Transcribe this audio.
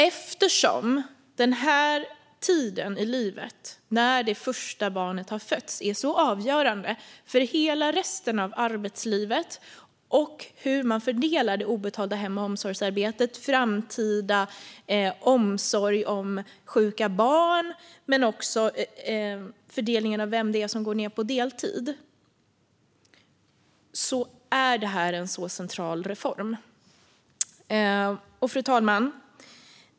Eftersom tiden i livet när det första barnet har fötts är så avgörande för hela resten av arbetslivet och hur man fördelar det obetalda hem och omsorgsarbetet, framtida omsorg om sjuka barn och vem det är som går ned på deltid är detta en central reform. Fru talman!